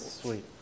sweet